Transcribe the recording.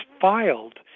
filed